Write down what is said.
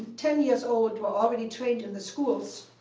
ten years old, were already trained in the schools,